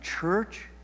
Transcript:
church